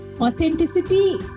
authenticity